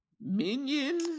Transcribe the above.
minion